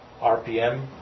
RPM